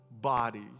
body